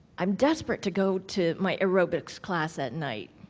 i'm desperate to go to my aerobics class at night.